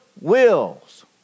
wills